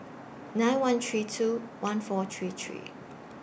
nine one three two one four three three